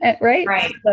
right